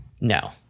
No